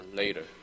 later